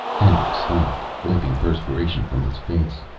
hendricks stopped wiping perspiration from his face.